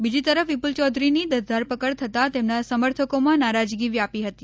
બીજી તરફ વિપુલ ચૌધરીની ધરપકડ થતાં તેમના સમર્થકોમાં નારાજગી વ્યાપી હતી